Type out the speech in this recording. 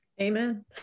Amen